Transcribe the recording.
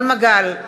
ינון מגל,